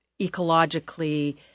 ecologically